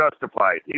justified